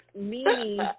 meaning